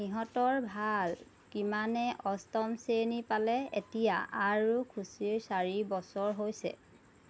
সিহঁতৰ ভাল কিমানে অষ্টম শ্ৰেণী পালে এতিয়া আৰু খুছিৰ চাৰি বছৰ হৈছে